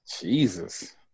Jesus